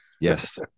Yes